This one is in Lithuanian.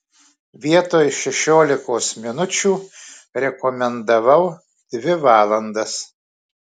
vietoj šešiolikos minučių rekomendavau dvi valandas